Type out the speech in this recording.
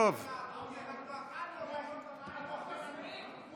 אנחנו אכלנו אותה יום ולילה.